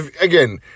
Again